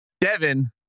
Devin